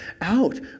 out